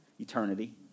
Eternity